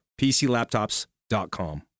PCLaptops.com